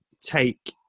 take